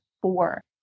four